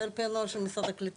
זה על פי הנוהל של משרד הקליטה,